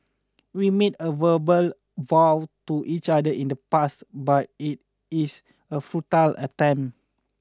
we made a verbal vow to each other in the past but it is a futile attempt